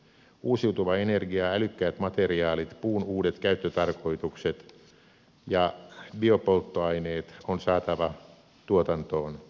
uusiutuva energia ja älykkäät materiaalit puun uudet käyttötarkoitukset ja biopolttoaineet on saatava tuotantoon